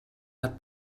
hat